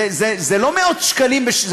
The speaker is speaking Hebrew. זה לא מאות שקלים,